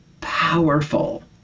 powerful